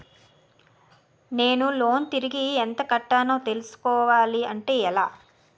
నేను లోన్ తిరిగి ఎంత కట్టానో తెలుసుకోవాలి అంటే ఎలా?